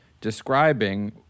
describing